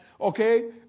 okay